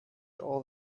all